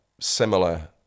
similar